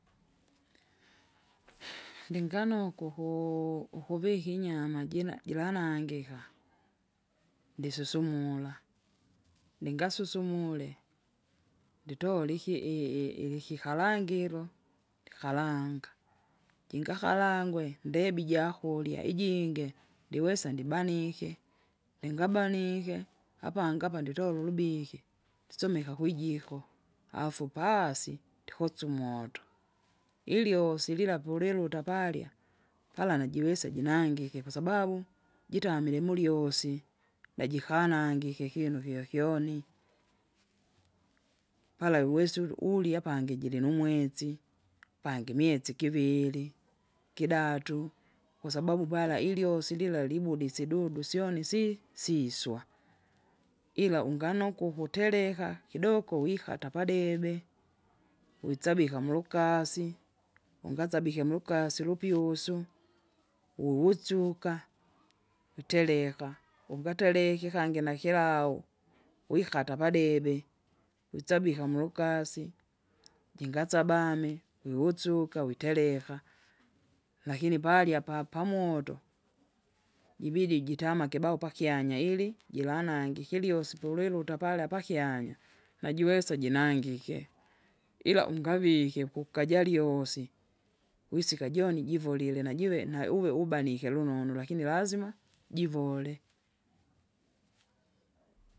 ndinganoko uhu- uhuvika inyama jina jira jiranangika, ndisusumula, ndingasusumule nditole iki- i- i- ilikikalangilo, ndikalanga, jingakarangwe ndebi jakurya ijinge ndiwesa ndibanike, ndingabanike, apangi apa nditola ulubike, ndisomeka kwijiko, afu pasi ndikosya umoto. Ilyosi lila puliluta palya, pala najiwise jinangike kwasababu, jitamile mulyosi, najikanangike ikinu kyokyoni, pala iuwesulu ulya pangi jirinumwetsi, pangi imyesi kiviri, kidatu, kwasabaua pala ilyosi lila libudi sidudu syoni isi- siswa ila ungano kukwe utereka kidoko wikata padebe, witsabika mulukasi, ungasabike mulukasi ulupyusu, uwusuka witereka, ungatereke kangi nakilau wikata padebe, witsabika mulukasi, jingasabame wiusuka witereka, lakini palya pa- pamoto, jibidi titaka kibao pakyanya ili jilangike ilyosi polwiluta pala pakyanya. Najiwesa jinangike, ila ungavike kukaja lyosi, wisika joni nivolile najive nauwe ubanike lunonu lakini lazma jivole.